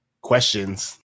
Questions